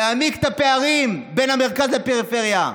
להעמיק את הפערים בין המרכז לפריפריה.